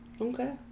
Okay